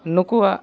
ᱱᱩᱠᱩᱣᱟᱜ